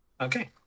Okay